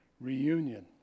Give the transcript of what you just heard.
reunion